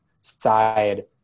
side